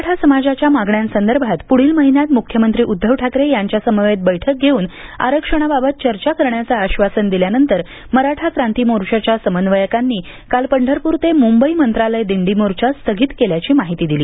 मराठा समाजाच्या मागण्यासंदर्भात पुढील महिन्यात मुख्यमंत्री उध्दव ठाकरे यांच्यासमवेत बैठक घेऊन आरक्षणाबाबत चर्चा करण्याचं आश्वासन दिल्यानंतर मराठा क्रांती मोर्चाच्या समन्वयकांनी काल पंढरपूर ते मुंबई मंत्रालय दिंडी मोर्चा स्थगित केल्याची माहिती दिली